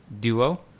duo